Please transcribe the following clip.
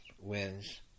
wins